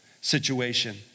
situation